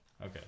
Okay